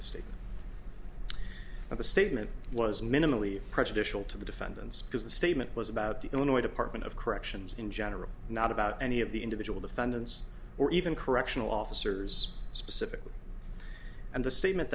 the state of the statement was minimally prejudicial to the defendants because the statement was about the illinois department of corrections in general not about any of the individual defendants or even correctional officers specifically and the statement